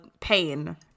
pain